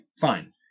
fine